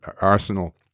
arsenal